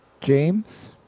James